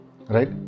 right